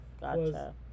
Gotcha